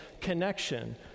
connection